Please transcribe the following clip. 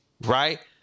right